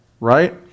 Right